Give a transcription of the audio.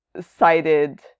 cited